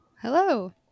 Hello